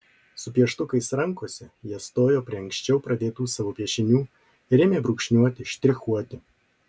su pieštukais rankose jie stojo prie anksčiau pradėtų savo piešinių ir ėmė brūkšniuoti štrichuoti